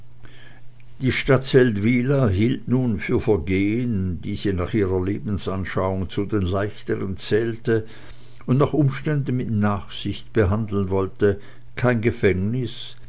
die stadt seldwyla hielt nun für vergehen die sie nach ihrer lebensanschauung zu den leichteren zählte und nach umständen mit nachsicht behandeln wollte kein gefängnis